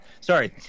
sorry